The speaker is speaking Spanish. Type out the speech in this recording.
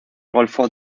golfo